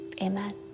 Amen